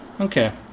Okay